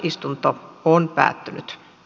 asian käsittely päättyi